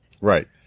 Right